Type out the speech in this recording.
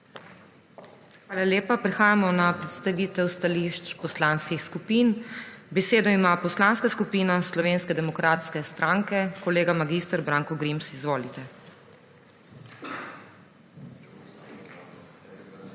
Hvala lepa. Prehajamo na predstavitev stališč poslanskih skupin. Besedo ima poslanska skupina Slovenske demokratske stranke, kolega mag. Branko Grims. Izvolite. MAG.